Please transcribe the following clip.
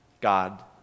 God